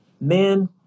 man